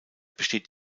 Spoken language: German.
besteht